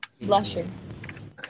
blushing